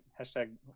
hashtag